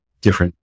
different